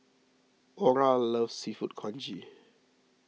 Oral loves Seafood Congee